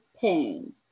pain